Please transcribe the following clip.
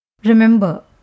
Remember